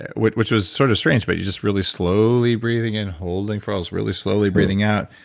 which which was sort of strange, but you're just really slowly breathing in, holding for. i was really slowly breathing out.